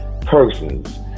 persons